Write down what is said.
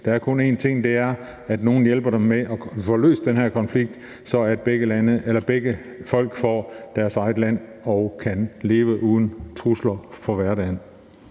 Der er kun én ting, og det er, at nogen hjælper dem med at få løst den her konflikt, så begge folk får deres eget land og kan leve uden trusler i hverdagen.